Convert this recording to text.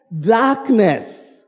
darkness